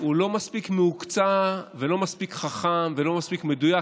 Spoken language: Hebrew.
הוא לא מספיק מהוקצע ולא מספיק חכם ולא מספיק מדויק,